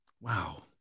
Wow